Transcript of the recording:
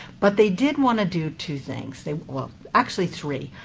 but they did want to do two things. they well, actually three.